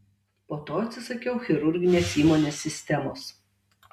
po to atsisakiau chirurginės įmonės sistemos